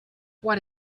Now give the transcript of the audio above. what